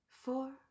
four